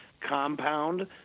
compound